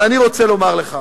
אבל אני רוצה לומר לך,